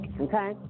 okay